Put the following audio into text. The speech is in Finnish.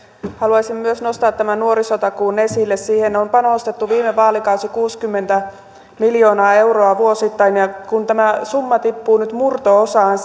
haluaisin myös nostaa tämän nuorisotakuun esille siihen on panostettu viime vaalikaudella kuusikymmentä miljoonaa euroa vuosittain ja kun tämä summa tippuu nyt murto osaan